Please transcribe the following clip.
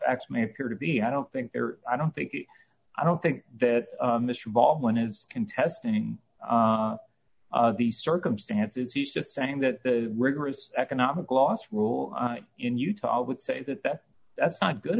facts may appear to be i don't think they're i don't think i don't think that mr baldwin is contesting the circumstances he's just saying that the rigorous economic loss rule in utah would say that that that's not good